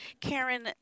Karen